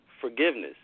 forgiveness